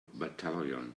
battalion